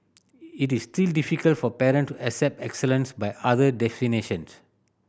it is still difficult for parent to accept excellence by other definitions